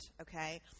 okay